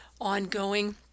ongoing